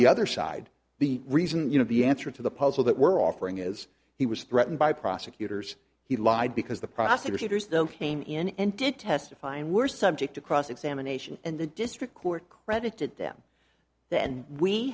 the other side the reason you know the answer to the puzzle that we're offering is he was threatened by prosecutors he lied because the prosecutors though came in and did testify and were subject to cross examination and the district court credited them